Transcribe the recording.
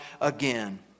again